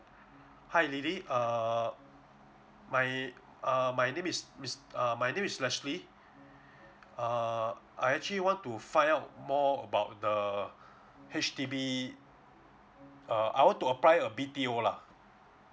hi lily err my err my name is mis~ uh my name is leslie err I actually want to find out more about the H_D_B uh I want to apply a B_T_O lah